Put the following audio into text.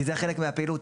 כי זה חלק מהפעילות.